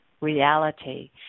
Reality